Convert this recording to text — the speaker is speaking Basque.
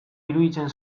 iruditzen